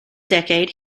decade